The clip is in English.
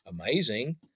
amazing